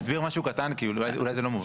אני אבהיר משהו קטן כי אולי זה לא מובן.